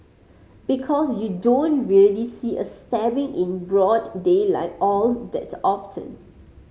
because you don't really see a stabbing in broad daylight all that often